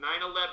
9-11